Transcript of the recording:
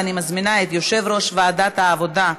ואני מזמינה את יושב-ראש ועדת העבודה,